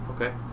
Okay